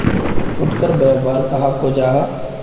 फुटकर व्यापार कहाक को जाहा?